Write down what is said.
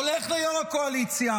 הולך ליו"ר הקואליציה,